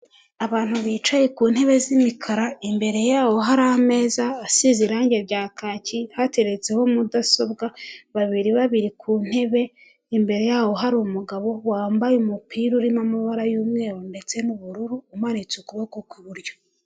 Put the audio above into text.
Abantu bicaye ku ntebe z'imikara imbere ya hari ameza asize irangi rya kaki hateretseho mudasobwa babiri babiri ku ntebe imbere yaho hari umugabo wambaye umupira urimo amabara y'umweru ndetse n'ubururu umanitse ukuboko kw'iburyo.